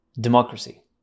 Democracy